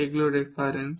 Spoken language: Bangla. এগুলো রেফারেন্স